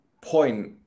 point